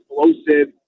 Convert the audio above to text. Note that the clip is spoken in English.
explosive